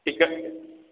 ଟିକେ